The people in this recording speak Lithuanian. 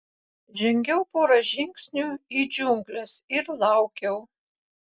žengiau porą žingsnių į džiungles ir laukiau